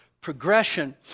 progression